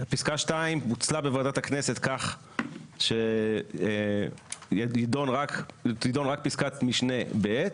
פסקה (2) פוצלה בוועדת הכנסת כל שתידון רק פסקת משנה (ב),